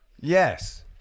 Yes